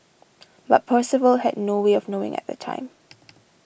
but Percival had no way of knowing at the time